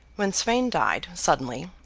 when sweyn died suddenly,